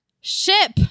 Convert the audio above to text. Ship